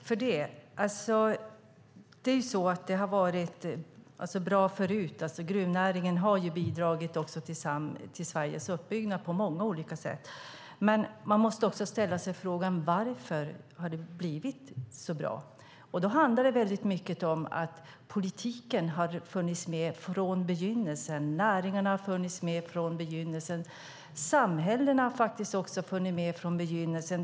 Fru talman! Det har varit bra förut. Gruvnäringen har bidragit till Sveriges uppbyggnad på många olika sätt. Men man måste också ställa sig frågan: Varför har det blivit så bra? Då handlar det mycket om att politiken har funnits med från begynnelsen, näringen har funnits med från begynnelsen och samhällena har funnits med från begynnelsen.